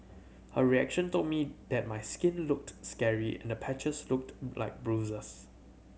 her reaction told me that my skin looked scary and the patches looked like bruises